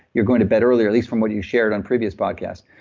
you're going to bed earlier at least from what you shared on previous podcasts.